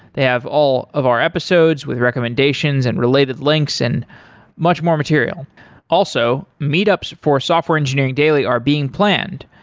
they have all of our episodes with recommendations and related links and much more material also, meetups for software engineering daily are being planned.